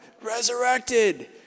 resurrected